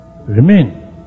remain